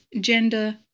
gender